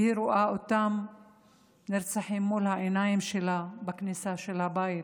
והיא רואה אותם נרצחים מול העיניים שלה בכניסה של הבית,